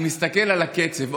אני מסתכל על הקצב.